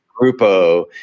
grupo